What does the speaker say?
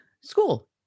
school